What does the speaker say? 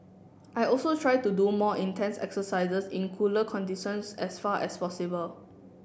I also try to do my more intense exercises in cooler conditions as far as possible